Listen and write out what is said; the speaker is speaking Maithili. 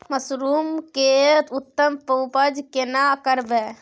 मसरूम के उत्तम उपज केना करबै?